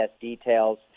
details